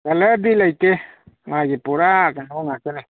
ꯀꯂꯔꯗꯤ ꯂꯩꯇꯦ ꯃꯥꯒꯤ ꯄꯨꯔꯥ ꯀꯩꯅꯣ ꯉꯛꯇꯅꯤ